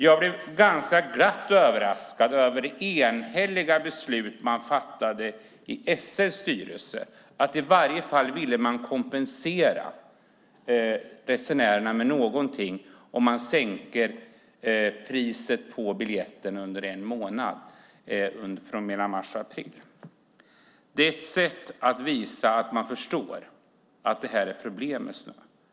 Jag blev ganska glatt överraskad av det enhälliga beslut som fattades i SL:s styrelse. Man ville kompensera resenärerna på något sätt, och därför sänker man priset på 30-dagarskortet från mars till april. Det är ett sätt att visa att man förstår att snön är ett problem.